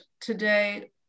today